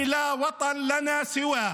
).